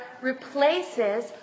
replaces